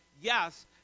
yes